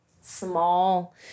small